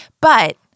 But-